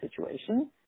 situation